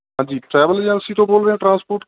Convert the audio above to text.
ਹਾਂਜੀ travel agency ਤੋਂ ਬੋਲ ਰਿਹਾ ਟਰਾਂਸਪੋਰਟ